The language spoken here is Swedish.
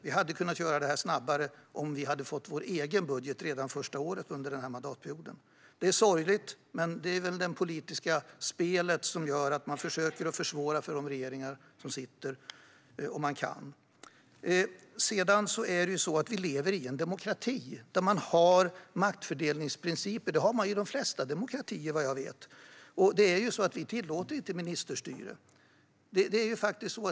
Vi hade kunnat göra det här snabbare om vi hade fått vår egen budget redan under den här mandatperiodens första år. Det är sorgligt, men det är väl det politiska spelet som gör att man försöker försvåra för den regering som sitter om man kan. Vi lever i en demokrati där man har maktfördelningsprinciper. Det har man i de flesta demokratier, vad jag vet. Vi tillåter inte ministerstyre.